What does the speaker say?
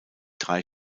drei